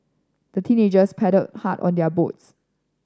the teenagers paddled hard on their boats